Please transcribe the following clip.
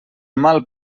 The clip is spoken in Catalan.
mal